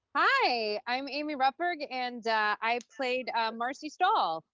hi, i'm amy rutberg, and i played marci stahl,